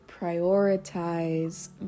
prioritize